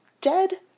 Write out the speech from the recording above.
dead